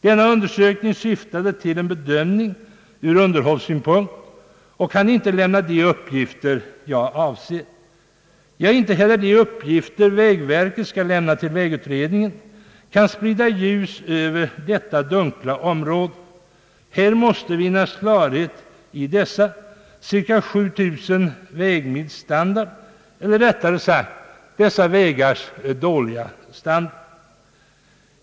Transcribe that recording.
Denna undersökning syftade till en bedömning ur underhållssynpunkt och kan inte lämna de uppgifter jag avser. Ja, inte heller de uppgifter vägverket skall lämna till vägutredningen kan sprida ljus över detta dunkla område. Här måste vinnas klarhet beträffande dessa cirka 7000 vägmils standard, eller rättare sagt dessa vägars dåliga standard.